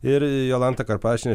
ir jolanta karpavičienė